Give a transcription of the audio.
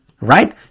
Right